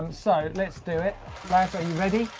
um so, let's do it. lance, are you ready?